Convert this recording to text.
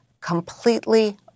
completely